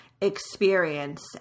experience